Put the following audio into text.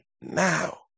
Now